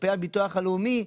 כלפי הביטוח הלאומי,